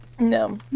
No